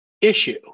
issue